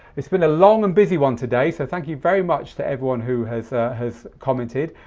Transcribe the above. it's been a long and busy one today. so thank you very much to everyone who has has commented.